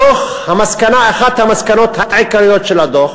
אחת המסקנות העיקריות של הדוח